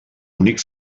únic